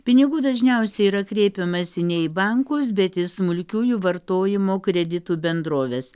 pinigų dažniausiai yra kreipiamasi ne į bankus bet į smulkiųjų vartojimo kreditų bendroves